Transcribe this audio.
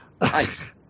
Nice